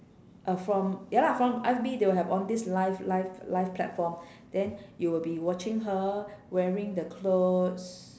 uh from ya lah from F_B they will have all this live live live platform than you will be watching her wearing the clothes